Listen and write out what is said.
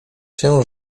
się